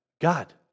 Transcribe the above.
God